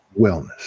wellness